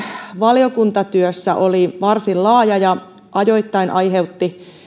valiokuntatyössä oli varsin laaja ja ajoittain aiheutti